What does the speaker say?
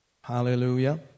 Hallelujah